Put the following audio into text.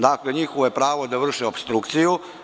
Dakle, njihovo je pravo da vrše opstrukciju.